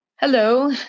Hello